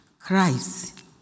Christ